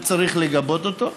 וצריך לגבות אותו,